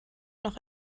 noch